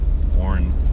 born